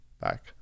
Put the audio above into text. back